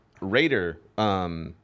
Raider